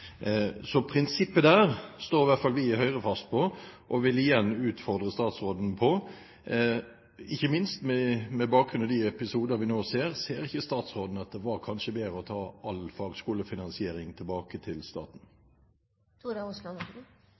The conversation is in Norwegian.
Prinsippet her står i hvert fall vi i Høyre fast på, og jeg vil igjen utfordre statsråden: Ikke minst med bakgrunn i de episoder vi nå ser, ser ikke statsråden at det kanskje hadde vært bedre å føre all fagskolefinansiering tilbake til